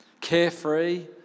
carefree